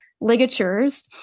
ligatures